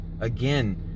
again